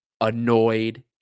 annoyed